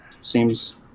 seems